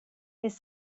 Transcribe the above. his